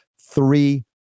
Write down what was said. three